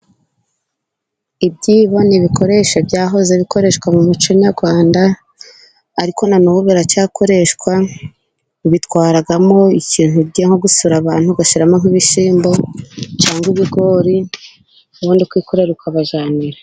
Ibyibo ni ibikoresho byahoze bikoreshwa mu muco nyarwanda, ariko na n'ubu biracyakoreshwa ubitwaramo ikintu ugiye nko gusura abantu, ugashyiramo nk'ibishyimbo cyangwa ibigori ubundi ukokorera ukabajyanira.